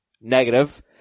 negative